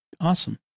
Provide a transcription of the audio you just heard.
Awesome